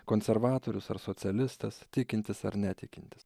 konservatorius ar socialistas tikintis ar netikintis